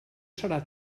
serà